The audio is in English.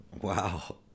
Wow